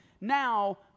now